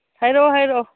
ꯍꯥꯏꯔꯛꯑꯣ ꯍꯥꯏꯔꯛꯑꯣ